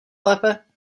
lépe